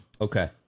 Okay